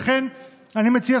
ולכן אני מציע,